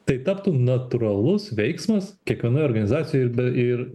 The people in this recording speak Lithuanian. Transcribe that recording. tai taptų natūralus veiksmas kiekvienoje organizacijoje ir ir